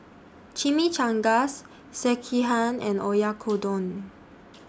Chimichangas Sekihan and Oyakodon